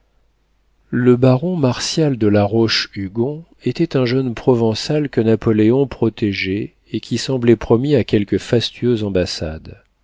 le baron martial de la roche-hugon était un jeune provençal que napoléon protégeait et qui semblait promis à quelque fastueuse ambassade